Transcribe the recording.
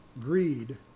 greed